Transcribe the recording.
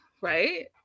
right